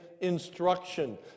instruction